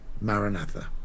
Maranatha